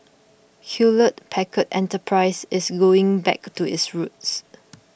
Hewlett Packard Enterprise is going back to its roots